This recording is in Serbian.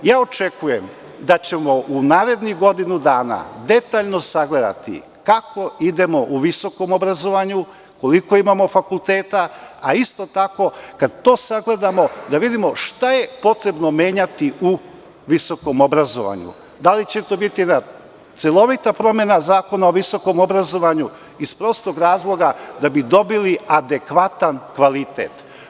Očekujem da ćemo u narednih godinu dana detaljno sagledati kako idemo u visokom obrazovanju, koliko imamo fakulteta, a isto tako, kad to sagledamo, da vidimo šta je potrebno menjati u visokom obrazovanju, da li će to biti jedna celovita promena Zakona o visokom obrazovanju, iz prostog razloga da bi dobili adekvatan kvalitet.